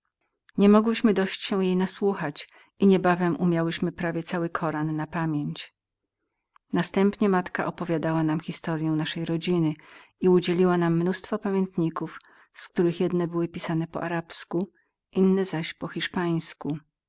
horeisz niemogłyśmy dość się jej nasłuchać i niebawem umiałyśmy cały koran na pamięć następnie nasza matka opowiadała nam historyą naszej rodziny i udzieliła nam mnóstwo pamiętników z których jedne były pisane po arabsku inne zaś po hiszpańsku